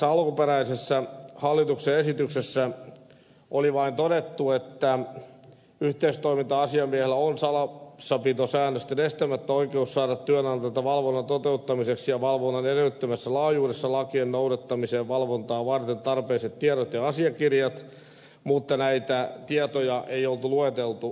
alkuperäisessä hallituksen esityksessä oli vain todettu että yhteistoiminta asiamiehellä on salassapitosäännösten estämättä oikeus saada työnantajalta valvonnan toteuttamiseksi ja valvonnan edellyttämässä laajuudessa lakien noudattamisen valvontaa varten tarpeelliset tiedot ja asiakirjat mutta näitä tietoja ei oltu lueteltu tai yksilöity